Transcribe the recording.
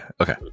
okay